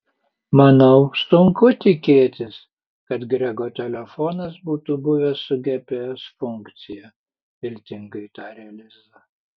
manau sunku tikėtis kad grego telefonas būtų buvęs su gps funkcija viltingai tarė liza